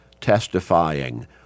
testifying